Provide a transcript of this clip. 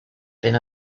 been